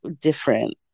different